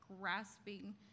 grasping